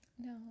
No